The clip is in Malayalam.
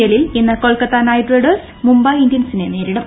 എല്ലിൽ ഇന്ന് കൊൽക്കത്ത നൈറ്റ് റൈഡേഴ്സ് മുംബൈ ഇന്ത്യൻസിനെ നേരിടും